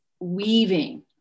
weaving